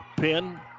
pin